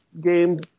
game